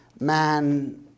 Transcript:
man